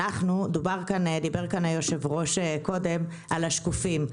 דיבר כאן היושב-ראש הקודם על השקופים,